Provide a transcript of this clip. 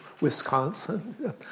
Wisconsin